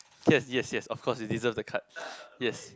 yes yes yes of course he deserve the card yes